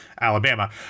Alabama